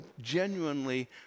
genuinely